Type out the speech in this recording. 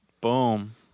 boom